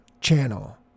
channel